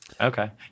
Okay